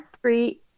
three